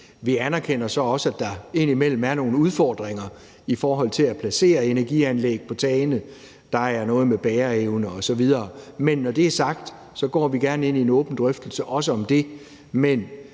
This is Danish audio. Vi anerkender så også, at der indimellem er nogle udfordringer i forhold til at placere energianlæg på tagene. Der er noget med bæreevne osv. Men når det er sagt, går vi gerne ind i en åben drøftelse også om det.